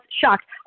shocked